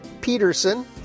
Peterson